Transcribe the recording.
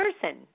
person